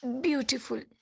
beautiful